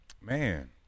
man